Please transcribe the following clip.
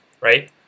right